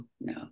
no